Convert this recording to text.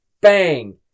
bang